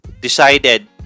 decided